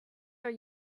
are